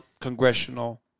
congressional